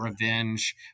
revenge